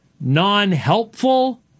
non-helpful